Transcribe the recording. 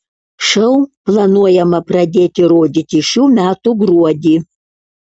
šou planuojama pradėti rodyti šių metų gruodį